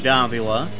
Davila